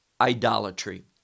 idolatry